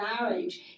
marriage